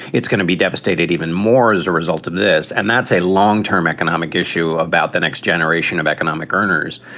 it's going to be devastated even more as a result of this. and that's a long term economic issue about the next generation of economic earners.